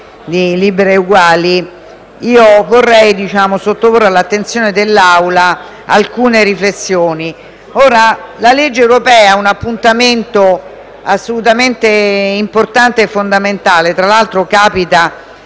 di Liberi e Uguali, vorrei sottoporre all'attenzione dell'Assemblea alcune riflessioni. La legge europea è un appuntamento assolutamente importante e fondamentale; tra l'altro, quest'anno